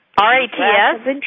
R-A-T-S